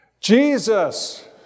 Jesus